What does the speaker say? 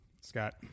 Scott